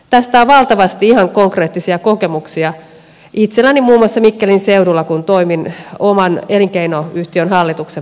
tästä on valtavasti ihan konkreettisia kokemuksia itselläni muun muassa mikkelin seudulla kun toimin oman elinkeinoyhtiön hallituksen puheenjohtajana